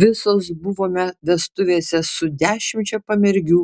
visos buvome vestuvėse su dešimčia pamergių